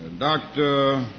and dr.